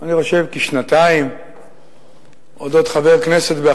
לא שמעת דבר כזה.